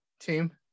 team